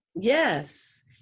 Yes